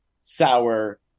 sour